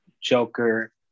Joker